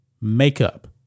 makeup